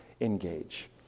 engage